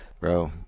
bro